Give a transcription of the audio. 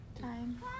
Time